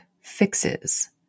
fixes